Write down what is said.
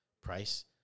price